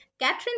Catherine